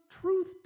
truth